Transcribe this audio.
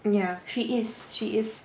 ya she is she is